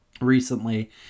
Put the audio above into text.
recently